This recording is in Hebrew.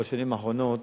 בשנים האחרונות